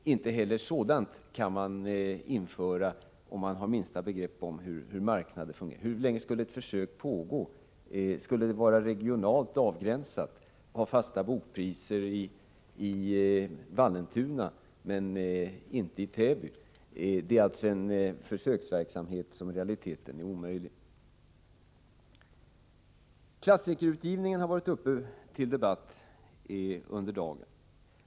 Inte heller en sådan kan man införa om man har det minsta begrepp om hur marknaden fungerar. Hur länge skulle ett försök pågå? Skulle det vara regionalt avgränsat, t.ex. så att man har fasta bokpriser i Vallentuna men inte i Täby? I realiteten är alltså en sådan försöksverksamhet omöjlig. Klassikerutgivningen har varit uppe till debatt under förmiddagen.